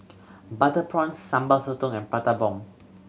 butter prawns Sambal Sotong and Prata Bomb